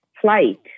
flight